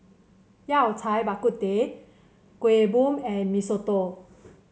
Yao Cai Bak Kut Teh Kuih Bom and Mee Soto